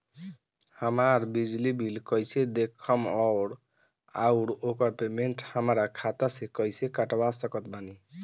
हमार बिजली बिल कईसे देखेमऔर आउर ओकर पेमेंट हमरा खाता से कईसे कटवा सकत बानी?